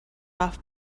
off